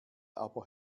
aber